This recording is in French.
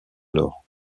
alors